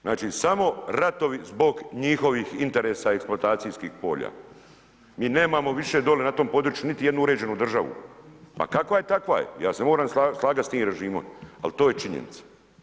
Znači, samo ratovi zbog njihovih interesa eksploatacijskih polja, mi nemamo više dolje na tom području niti jednu uređenu državu, pa kakva je takva je, ja se moram slagat s tim režimom, al to je činjenica.